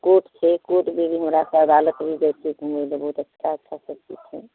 court छै कोटमे भी हमरा सब अदालत भी जाइ छै घूमै लऽ बहुत अच्छा अच्छा सब चीज छै